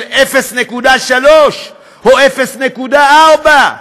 של 0.3% או 0.4%?